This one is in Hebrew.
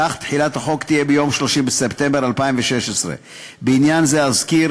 כך שתחילת החוק תהיה ביום 30 בספטמבר 2016. בעניין זה אזכיר